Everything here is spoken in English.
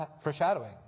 foreshadowing